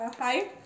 Hi